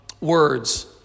words